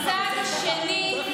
מצד שני,